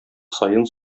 саен